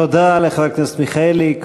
תודה לחבר הכנסת מיכאלי.